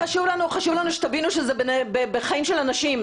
חשוב לנו שתבינו שמדובר בחיי אנשים.